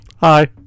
Hi